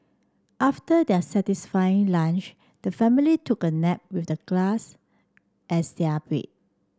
after their satisfying lunch the family took a nap with the grass as their bed